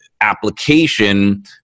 application